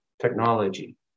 technology